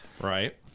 Right